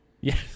Yes